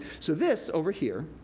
so, this, over here,